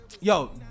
Yo